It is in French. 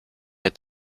est